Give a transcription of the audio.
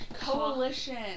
Coalition